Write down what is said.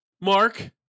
Mark